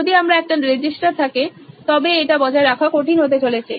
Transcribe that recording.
যদি আমার একটা রেজিস্টার থাকে তবে এটা বজায় রাখা কঠিন হতে চলেছে